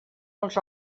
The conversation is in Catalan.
als